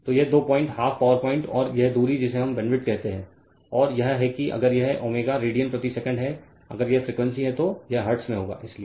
तो यह दो पॉइंट 12 पावर पॉइंट और यह दूरी जिसे हम बैंडविड्थ कहते हैं और यह है कि अगर यह ω रेडियन प्रति सेकंड है अगर यह फ्रीक्वेंसी है तो यह हर्ट्ज में होगा इसलिए